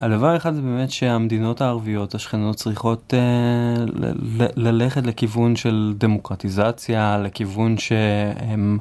הדבר האחד באמת שהמדינות הערביות השכנות צריכות ללכת לכיוון של דמוקרטיזציה לכיוון שהם.